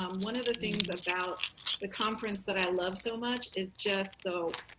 um one of the things about the conference that i love so much is just so,